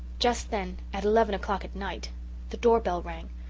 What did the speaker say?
just then at eleven o'clock at night the door bell rang.